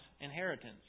inheritance